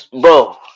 bro